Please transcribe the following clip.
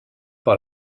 par